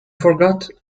forgot